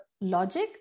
logic